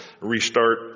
restart